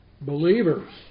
believers